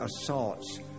assaults